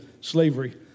slavery